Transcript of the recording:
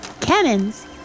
Cannons